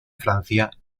francia